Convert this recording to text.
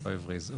לא הבריז,